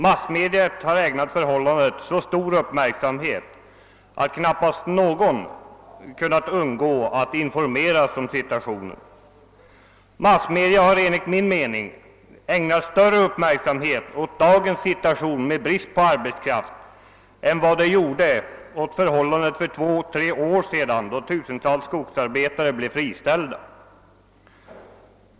Massmedia har ägnat förhållandena så stor uppmärksamhet att knappast någon kunnat undgå att informeras om situationen. Massmedia har enligt min mening ägnat större uppmärksamhet åt dagens situation med brist på arbetskraft än åt förhållandet för två, tre år sedan då tusentals skogsarbetare blev friställda.